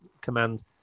command